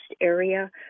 area